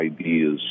ideas